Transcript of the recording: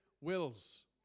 wills